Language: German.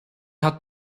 hat